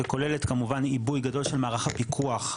שכוללת כמובן עיבוי גדול של מערך הפיקוח,